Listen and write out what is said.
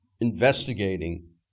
investigating